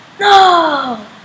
No